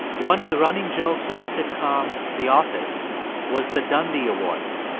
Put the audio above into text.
one of the running jokes on the sitcom the office was the dundie awards.